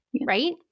right